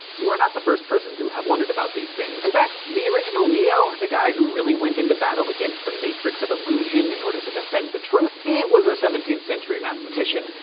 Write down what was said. you're not the first person to have wondered about these things. in fact, the original neo? the guy who really went into battle against the matrix of illusion, in order to defend the truth? he was a seventeenth century mathematician.